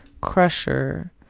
Crusher